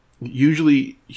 usually